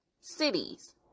cities